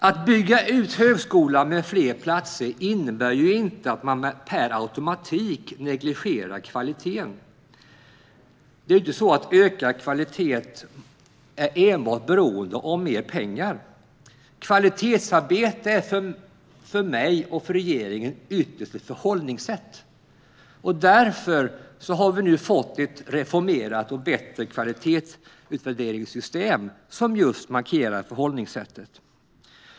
Att bygga ut högskolan med fler platser innebär inte att man per automatik negligerar kvaliteten. Det är inte så att en ökad kvalitet enbart är beroende av mer pengar. Kvalitetsarbete är för mig och regeringen ytterst ett förhållningssätt. Därför har vi nu fått ett reformerat och bättre kvalitetsutvärderingssystem, som just markerar förhållningssättet.